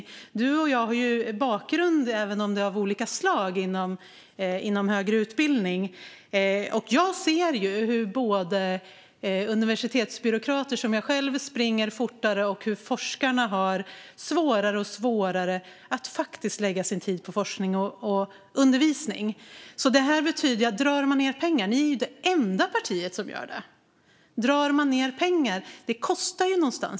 Både Anders Ådahl och jag har ju bakgrund inom högre utbildning, även om det är av olika slag. Jag ser både hur universitetsbyråkrater som jag själv springer fortare och hur forskarna har svårare och svårare att lägga sin tid på forskning och undervisning. Centerpartiet är det enda parti som drar ned pengar. Drar man ned pengar kommer det att kosta någonstans.